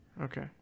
okay